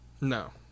No